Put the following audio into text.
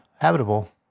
habitable